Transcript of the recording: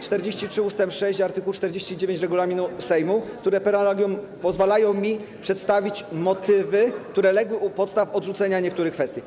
43 ust. 6 i art. 49 regulaminu Sejmu, które per analogiam pozwalają mi przedstawić motywy, które legły u podstaw odrzucenia niektórych kwestii.